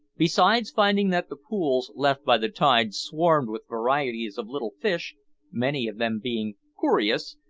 besides finding that the pools left by the tide swarmed with varieties of little fish many of them being coorious,